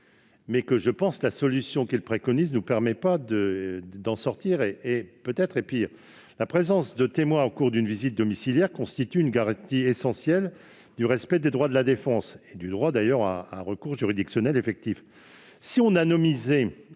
mais je pense que la solution qu'il préconise ne nous permet pas d'en sortir et serait peut-être pire que le mal. La présence de témoins au cours d'une visite domiciliaire constitue une garantie essentielle du respect des droits de la défense et, d'ailleurs, du droit à un recours juridictionnel effectif.